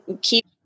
keep